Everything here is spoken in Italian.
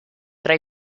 tra